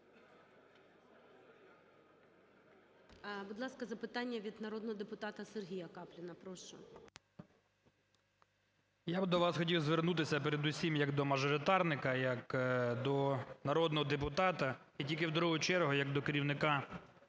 Будь ласка, запитання від народного депутата Сергія Капліна, прошу. 12:53:38 КАПЛІН С.М. Я до вас хотів звернутися передусім як до мажоритарника, як до народного депутата, і тільки в другу чергу як до керівника,